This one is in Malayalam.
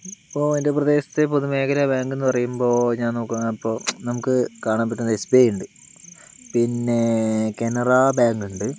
ഇപ്പോൾ എൻ്റെ പ്രദേശത്തെ പൊതുമേഖല ബാങ്കെന്ന് പറയുമ്പോൾ ഞാൻ നോക്കുന്ന അപ്പോൾ നമുക്ക് കാണാൻ പറ്റുന്നത് എസ് ബി ഐ ഉണ്ട് പിന്നെ കനറാ ബാങ്കുണ്ട്